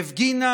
הפגינה